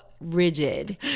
Rigid